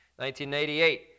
1988